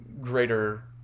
greater